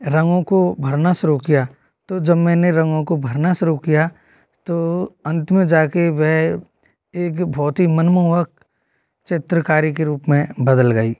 रंगों को भरना शुरु किया तो जब मैंने रंगों को भरना शुरु किया तो अंत में जाकर वह एक बहुत ही मनमोहक चित्रकारी के रूप में बदल गई